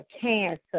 cancer